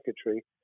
secretary